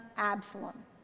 Absalom